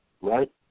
right